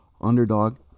underdog